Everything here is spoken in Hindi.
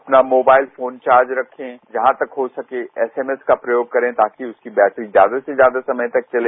अपना मोबाइल फोन चार्ज रखें जहां तक हो सके एसएमएस का प्रयोग करें ताकि उसकी बैट्री ज्यादा से ज्यादा समय तक चले